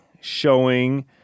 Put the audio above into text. showing